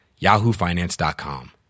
yahoofinance.com